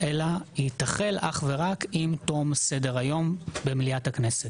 אלא היא תחל אך ורק עם תום סדר-היום במליאת הכנסת.